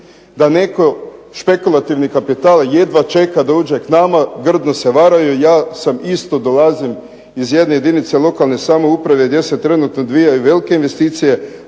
da netko špekulativni kapital jedva čeka da uđe k nama grdno se varaju. Ja sam isto dolazim iz jedne jedinice lokalne samouprave gdje se trenutno odvijaju velike investicije,